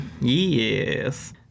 Yes